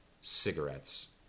cigarettes